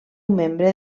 membre